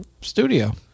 studio